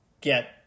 get